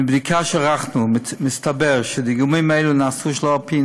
מבדיקה שערכנו מסתבר שדיגומים אלו נעשו שלא על-פי